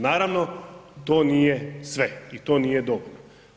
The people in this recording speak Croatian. Naravno to nije sve i to nije dovoljno.